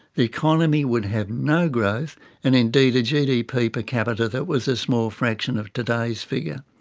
the economy would have no growth and indeed a gdp per capita that was a small fraction of today's figure.